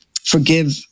forgive